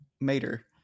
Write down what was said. Mater